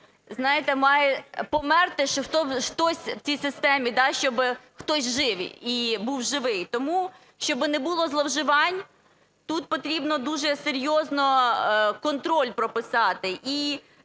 знаєте, має померти, щоб хтось в цій системі, да, щоб хтось жив і був живий. Тому, щоб не було зловживань, тут потрібно дуже серйозно контроль прописати.